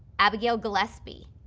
abigaile gillespie,